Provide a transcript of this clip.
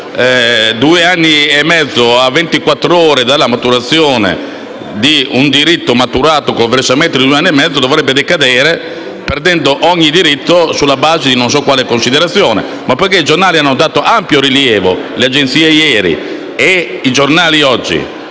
due anni e mezzo, a ventiquattr'ore dalla maturazione di un diritto maturato con i versamenti di due anni e mezzo, dovrebbe decadere, perdendo ogni diritto, sulla base di non so quale considerazione. Ma poiché i giornali hanno dato ampio rilievo (le agenzie ieri e i giornali oggi)